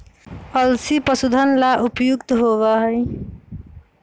अलसी पशुधन ला उपयुक्त होबा हई